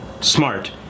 Smart